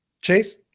Chase